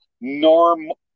normal